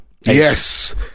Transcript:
Yes